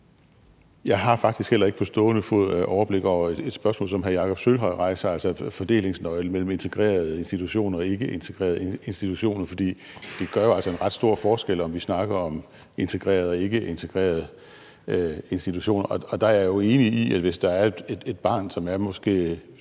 Jeg har faktisk heller ikke på stående fod overblik over et spørgsmål, som hr. Jakob Sølvhøj rejste, altså fordelingsnøglen mellem integrerede institutioner og ikkeintegrerede institutioner. For det gør jo altså en ret stor forskel, om vi snakker om integrerede eller ikkeintegrerede institutioner, og der er jeg enig i, at hvis der er et barn, som måske